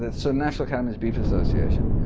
the so national cattlemen's beef association